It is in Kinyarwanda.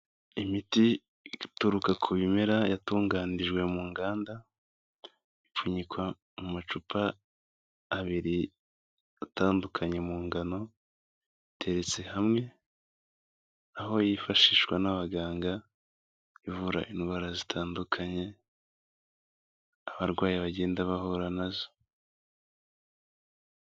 Imiti ituruka ku bimera yatunganirijwe mu nganda, ipfunyikwa mu macupa abiri atandukanye mu ngano, iteretse hamwe, aho yifashishwa n'abaganga, ivura indwara zitandukanye, abarwayi bagenda bahura nazo.